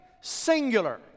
singular